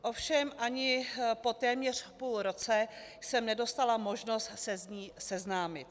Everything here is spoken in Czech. Ovšem ani po téměř půl roce jsem nedostala možnost se s ní seznámit.